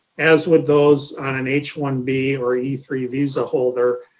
as with those on an h one b or e three visa holder,